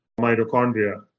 mitochondria